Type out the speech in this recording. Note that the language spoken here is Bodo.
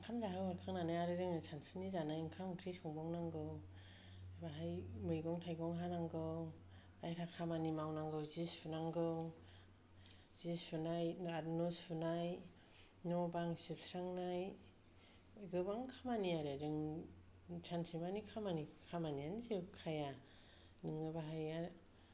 ओंखाम जाहो हरखांनानै आरो जोङो सानसुनि जानाय ओंखाम ओंख्रि संबावनांगौ बेवहाय मैगं थायगं हानांगौ बाहेरा खामानि मावनांगौ जि सुनांगौ जि सुनाय आरो न' सुनाय न' बां सिबस्रांनाय गोबां खामानि आरो जों सानसेमानि खामानि खामानिआनो जोबाखाया नोङो बेवहाय